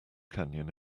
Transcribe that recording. canyon